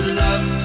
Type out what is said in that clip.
love